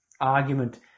argument